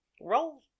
Roll